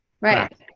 Right